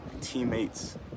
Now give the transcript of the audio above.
teammates